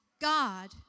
God